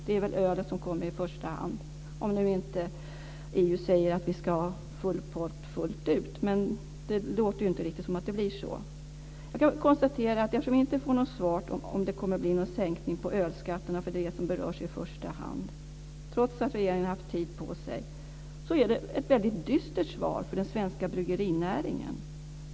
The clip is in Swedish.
I första hand gäller det väl öl, om nu inte EU säger att vi ska ha full pott, men det låter ju inte riktigt som att det blir så. Jag får inte något svar på frågan om det kommer att bli någon sänkning av ölskatten, som ju berörs i första hand, trots att regeringen har haft tid på sig. Det är ett väldigt dystert svar för den svenska bryggerinäringen.